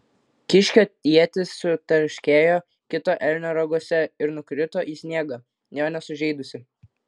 kiškio ietis sutarškėjo kito elnio raguose ir nukrito į sniegą jo nesužeidusi